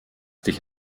dich